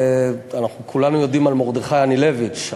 כולנו יודעים על מרדכי אנילביץ',